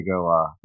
go